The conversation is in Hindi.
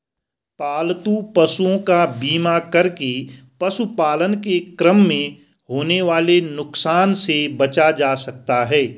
पालतू पशुओं का बीमा करके पशुपालन के क्रम में होने वाले नुकसान से बचा जा सकता है